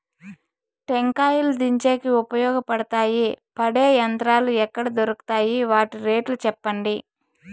టెంకాయలు దించేకి ఉపయోగపడతాయి పడే యంత్రాలు ఎక్కడ దొరుకుతాయి? వాటి రేట్లు చెప్పండి?